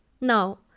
Now